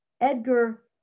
Edgar